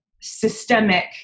systemic